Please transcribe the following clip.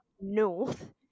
north